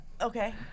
Okay